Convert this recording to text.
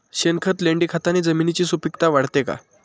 शेणखत, लेंडीखताने जमिनीची सुपिकता वाढते का?